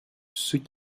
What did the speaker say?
ceux